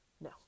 no